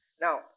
Now